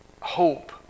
hope